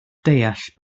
deall